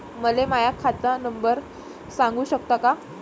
मले माह्या खात नंबर सांगु सकता का?